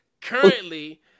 currently